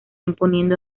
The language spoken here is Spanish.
imponiendo